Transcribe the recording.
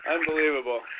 Unbelievable